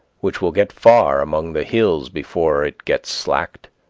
which will get far among the hills before it gets slacked.